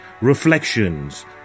Reflections